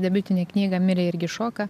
debiutinę knygą mirė irgi šoka